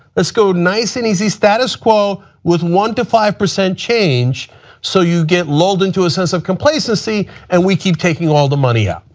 let's go nice and easy, status quo with one to five percent change so you get lulled into a sense of complacency and we keep taking all the money out.